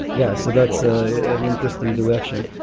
yeah, so that's ah an interesting direction.